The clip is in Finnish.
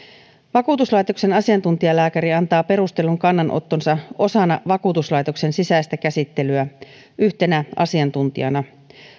vakuutuslaitoksen asiantuntijalääkäri antaa perustellun kannanottonsa osana vakuutuslaitoksen sisäistä käsittelyä yhtenä asiantuntijana